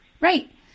Right